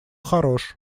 хорош